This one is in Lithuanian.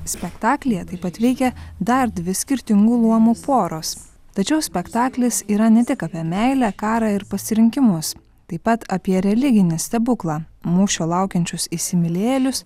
spektaklyje taip pat veikia dar dvi skirtingų luomų poros tačiau spektaklis yra ne tik apie meilę karą ir pasirinkimus taip pat apie religinį stebuklą mūšio laukiančius įsimylėjėlius